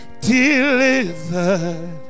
delivered